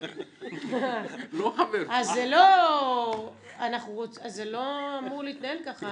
אז זה לא אמור להתנהל ככה.